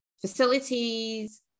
facilities